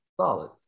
Solid